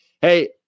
Hey